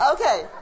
Okay